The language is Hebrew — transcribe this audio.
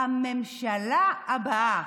בממשלה הבאה.